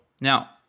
Now